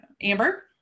Amber